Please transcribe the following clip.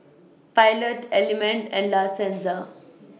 Pilot Element and La Senza